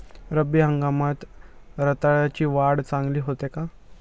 रब्बी हंगामात रताळ्याची वाढ चांगली होते का?